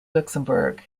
luxembourg